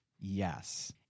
Yes